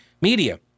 media